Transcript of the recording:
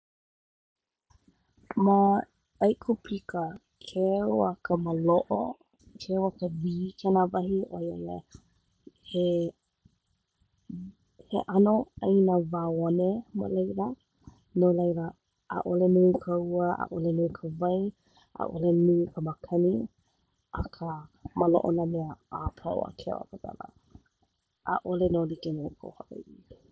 Ma ʻAikupika, keu a ka māloʻo, keu a ka wī kēnā wahi a laila he-he ʻano wao one ma laila. No laila ʻaʻole nui ka ua, ʻaʻole nui ka wai, ʻaʻole nui ka makani, akā māloʻo nā mea a pau a keu a ka wela. ʻAʻole no likeme Hawaiʻi.